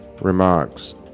remarks